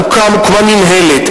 הוקמה מינהלת.